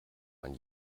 man